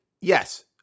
yes